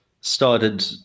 started